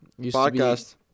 podcast